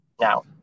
Now